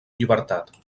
llibertat